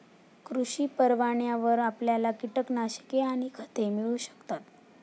कृषी परवान्यावर आपल्याला कीटकनाशके आणि खते मिळू शकतात